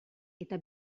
eta